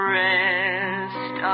rest